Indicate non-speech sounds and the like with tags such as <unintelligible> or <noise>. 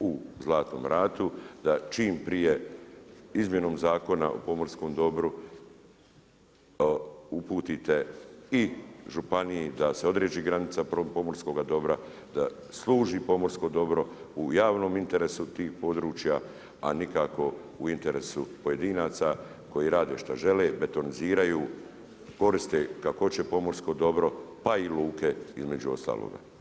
u Zlatnom Ratu da čim prije izmjenom Zakona o pomorskom dobru uputite i županiji da se …. <unintelligible> granica pomorskoga dobra, da služi pomorsko dobro u javnom interesu tih područja a nikako u interesu pojedinaca koji rade šta žele, betoniziraju, koriste kako hoće pomorsko dobro pa i luke između ostaloga.